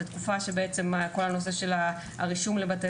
זו תקופה שכל הנושא של הרישום לבתי